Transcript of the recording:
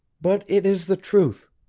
but it is the truth.